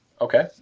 Okay